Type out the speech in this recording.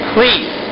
Please